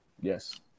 Yes